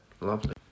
Lovely